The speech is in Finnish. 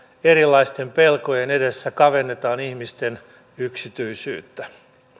erilaisten pelkojen edessä kavennetaan ihmisten yksityisyyttä